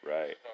Right